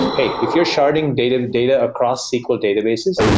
hey, if you're sharding data data across sql databases,